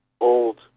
old